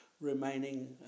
remaining